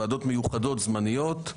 ועדות מיוחדות זמניות.